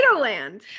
Land